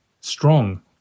strong